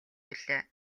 билээ